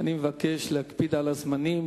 אני מבקש להקפיד על הזמנים.